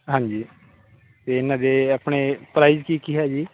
ਹਾਂਜੀ ਅਤੇ ਇਹਨਾਂ ਦੇ ਆਪਣੇ ਪ੍ਰਾਈਜ਼ ਕੀ ਕੀ ਹੈ ਜੀ ਬੁਕਸ ਦਾ